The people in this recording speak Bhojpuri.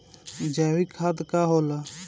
जैवीक खाद का होला?